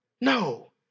No